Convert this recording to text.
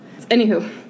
Anywho